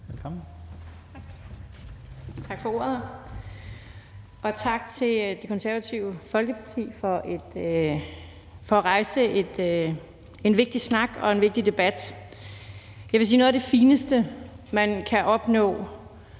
(S): Tak for ordet, og tak til Det Konservative Folkeparti for at rejse en vigtig snak og en vigtig debat. Jeg vil sige, at noget af det fineste, man kan opnå